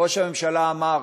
ראש הממשלה אמר,